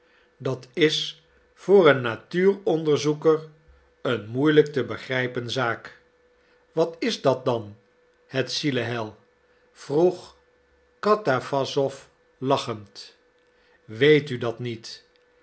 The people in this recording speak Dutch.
dat is voor een natuuronderzoeker een moeielijk te begrijpen zaak wat is dat dan het zieleheil vroeg katawassow lachend weet u dat niet